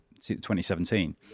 2017